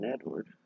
Edward